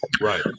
Right